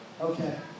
Okay